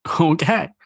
Okay